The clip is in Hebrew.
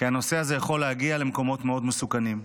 כי הנושא הזה יכול להגיע למקומות מאוד מסוכנים.